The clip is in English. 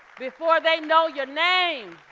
before they know your name,